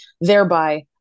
thereby